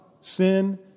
sin